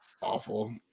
awful